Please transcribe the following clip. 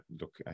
look